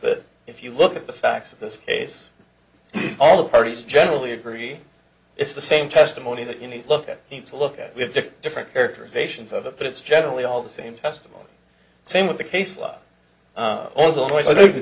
that if you look at the facts of this case all the parties generally agree it's the same testimony that you need to look at him to look at we have to different characterizations of it but it's generally all the same testimony same with the case law also i think the